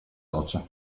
doccia